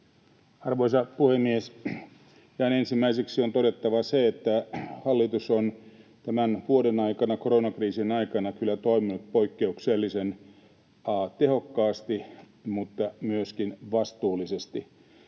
Arvoisa puhemies! Näin ensimmäiseksi on todettava se, että hallitus on tämän vuoden aikana, koronakriisin aikana, kyllä toiminut poikkeuksellisen tehokkaasti mutta myöskin vastuullisesti.